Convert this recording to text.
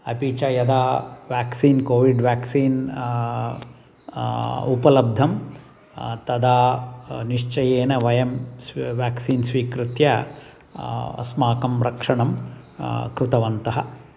अपि च यदा व्याक्सीन् कोविड् व्याक्सीन् उपलब्धं तदा निश्चयेन वयं स्वी व्याक्सीन् स्वीकृत्य अस्माकं रक्षणं कृतवन्तः